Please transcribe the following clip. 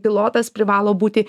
pilotas privalo būti